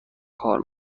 کار